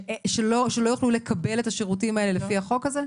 שלא יוכלו לקבל את השירותים האלה לפי החוק הזה?